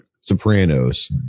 Sopranos